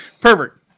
Perfect